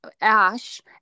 ash